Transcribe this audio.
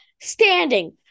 standing